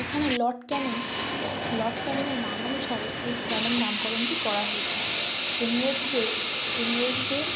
এখানে lord Canning lord ক্যানিংয়ের নাম অনুসারে এই ক্যানিং নামকরণটি করা হয়েছে ইংরেজদের ইংরেজদের